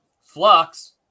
Flux